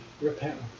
repentance